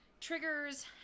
triggers